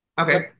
Okay